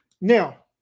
Now